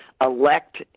elect